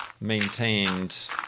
maintained